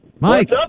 Mike